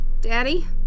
Daddy